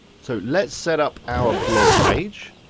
so let's set up our blog page.